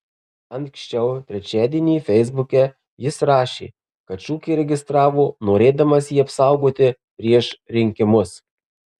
anksčiau trečiadienį feisbuke jis rašė kad šūkį registravo norėdamas jį apsaugoti prieš rinkimus